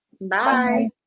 Bye